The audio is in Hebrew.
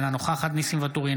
אינה נוכחת ניסים ואטורי,